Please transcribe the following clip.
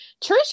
Trish